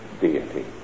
deity